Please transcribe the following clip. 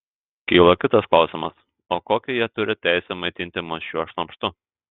kyla kitas klausimas o kokią jie turi teisę maitinti mus šiuo šlamštu